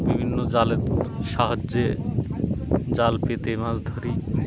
বিভিন্ন জালের সাহায্যে জাল পেতে মাছ ধরি